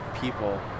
people